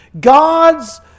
God's